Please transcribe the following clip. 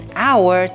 hour